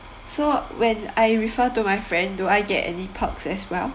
so when I refer to my friend do I get any perks as well